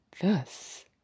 thus